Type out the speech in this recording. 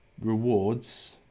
rewards